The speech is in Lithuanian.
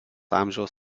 amžiaus